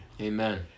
Amen